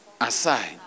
aside